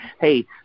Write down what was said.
hey